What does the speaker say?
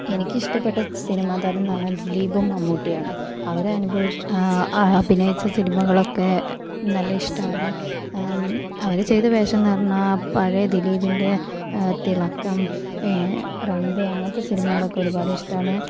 എനിക്കിഷ്ടപ്പെട്ട സിനിമാ താരമെന്ന് പറഞ്ഞാൽ ദിലീപും മമ്മൂട്ടിയും ആണ് അവരനുഭ അവരഭിനയിച്ച സിനിമകളൊക്കെ നല്ല ഇഷ്ടമാണ് അവർ ചെയ്ത വേഷമെന്ന് പറഞ്ഞാൽ പഴയ ദിലീപിൻ്റെ തിളക്കം റൺ വേ സിനിമകളൊക്കെ ഒരുപാട് ഇഷ്ടമാണ്